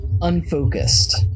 unfocused